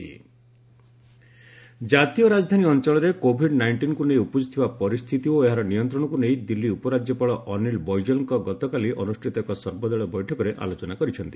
Delhi all party meeting ଜାତୀୟ ରାଜଧାନୀ ଅଞ୍ଚଳରେ କୋଭିଡ୍ ନାଇଷ୍ଟିନ୍କୁ ନେଇ ଉପୁଜିଥିବା ପରିସ୍ଥିତି ଓ ଏହାର ନିୟନ୍ତ୍ରଣକୁ ନେଇ ଦିଲ୍ଲୀ ଉପରାଜ୍ୟପାଳ ଅନୀଲ ବୈଜଲ ଗତକାଲି ଅନୁଷ୍ଠିତ ଏକ ସର୍ବଦଳୀୟ ବୈଠକରେ ଆଲୋଚନା କରିଛନ୍ତି